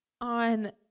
on